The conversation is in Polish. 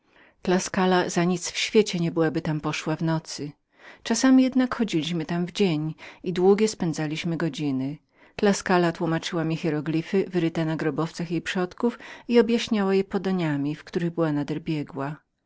górach tuskula za nic w świecie nie byłaby tam poszła w nocy czasami jednak chodziliśmy tam w dzień i długie spędzaliśmy godziny tłumaczyła mi hieroglify wyryte na grobowcach jej przodków i objaśniała je podaniami w których była nader biegłą